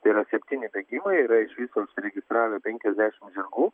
tai yra septyni bėgimai yra iš viso užsiregistravę penkiasdešimt žirgų